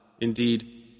Indeed